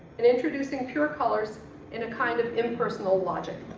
and introducing pure colors in a kind of impersonal logic.